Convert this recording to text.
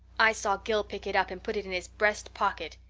i saw gil pick it up and put it in his breast pocket.